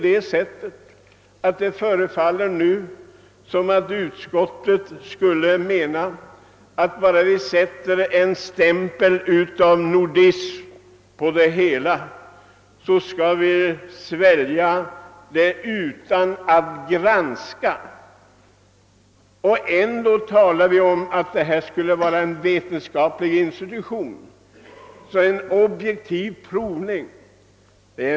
Det förefaller som om utskottet menat, att om vi bara sätter stämpeln nordisk på detta ärende så sväljs alltihop utan granskning. Man talar om att det skulle gälla en vetenskaplig institution för objektiv provning.